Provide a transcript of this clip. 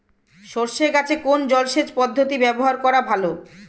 সরষে গাছে কোন জলসেচ পদ্ধতি ব্যবহার করা ভালো?